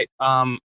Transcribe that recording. right